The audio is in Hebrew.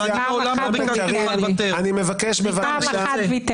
לי הוא ויתר פעם אחת.